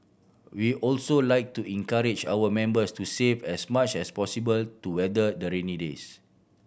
we also like to encourage our members to save as much as possible to weather the rainy days